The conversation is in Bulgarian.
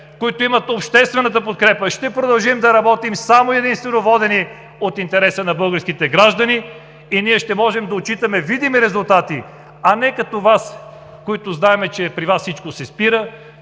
които имат обществената подкрепа, ще продължим да работим само и единствено водени от интереса на българските граждани. Ние ще можем да отчитаме видими резултати, а не като Вас, за които знаем, че при Вас всичко се спира